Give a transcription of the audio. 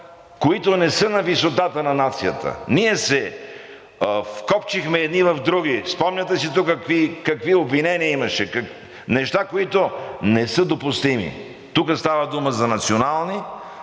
които не са на висотата на нацията. Ние се вкопчихме едни в други. Спомняте си какви обвинения имаше тук – неща, които не са допустими. Тук става дума за национални,